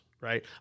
right